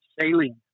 sailing